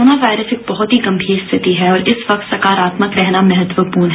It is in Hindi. कोरोना वायरस एक बहत ही गंभीर स्थिति है और इस वक्त सकारात्मक रहना महत्वपूर्ण है